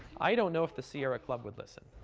i don't know if the sierra club would listen.